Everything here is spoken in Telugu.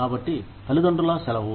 కాబట్టి తల్లిదండ్రుల సెలవు